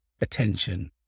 attention